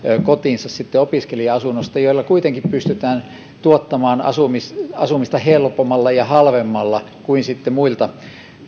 kotinsa sitten opiskelija asunnosta joilla kuitenkin pystytään tuottamaan asumista asumista helpommalla ja halvemmalla kuin muilla